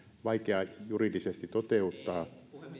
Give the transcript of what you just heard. vaikea juridisesti toteuttaa